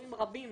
תחלואים רבים